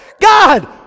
God